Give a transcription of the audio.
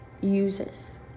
uses